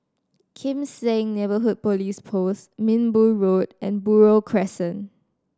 Kim Seng Neighbourhood Police Post Minbu Road and Buroh Crescent